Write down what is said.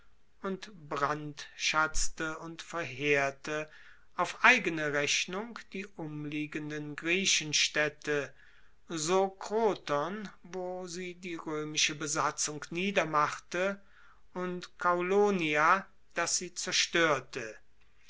und brandschatzte und verheerte auf eigene rechnung die umliegenden griechenstaedte so kroton wo sie die roemische besatzung niedermachte und kaulonia das sie zerstoerte